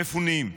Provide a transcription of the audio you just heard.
מפונים.